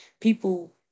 People